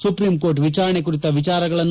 supreme court ವಿಚಾರಣೆ ಕುರಿತ ವಿಚಾರಗಳನ್ನು